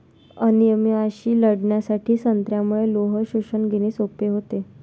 अनिमियाशी लढण्यासाठी संत्र्यामुळे लोह शोषून घेणे सोपे होते